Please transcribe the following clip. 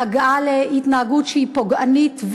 והגעה להתנהגות שהיא פוגענית,